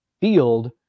field